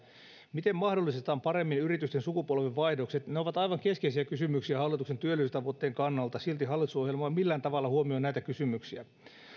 miten mahdollistetaan paremmin yritysten sukupolvenvaihdokset ne ovat aivan keskeisiä kysymyksiä hallituksen työllisyystavoitteen kannalta silti hallitusohjelma ei millään tavalla huomioi näitä kysymyksiä